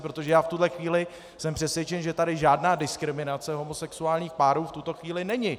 Protože v tuhle chvíli jsem přesvědčen, že tady žádná diskriminace homosexuálních párů v tuto chvíli není.